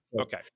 okay